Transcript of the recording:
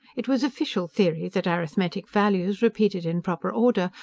it was official theory that arithmetic values, repeated in proper order,